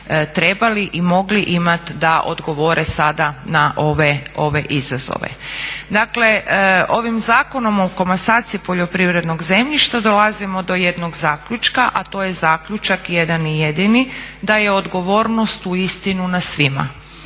trebali i mogli imat da odgovore sada na ove izazove. Dakle, ovim Zakonom o komasaciji poljoprivrednog zemljišta dolazimo do jednog zaključka, a to je zaključak jedan i jedini da je odgovornost uistinu na svima.